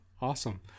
awesome